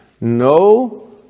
no